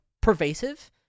pervasive